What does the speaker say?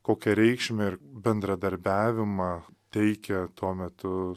kokią reikšmę ir bendradarbiavimą teikia tuo metu